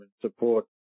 support